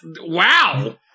wow